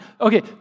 Okay